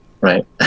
right